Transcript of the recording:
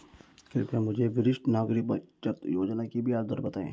कृपया मुझे वरिष्ठ नागरिक बचत योजना की ब्याज दर बताएं